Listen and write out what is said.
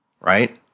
right